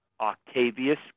Octavius